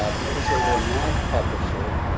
ah because they were a math publisher.